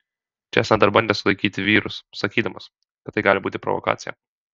čėsna dar bandė sulaikyti vyrus sakydamas kad tai gali būti provokacija